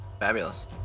Fabulous